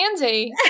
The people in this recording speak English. Andy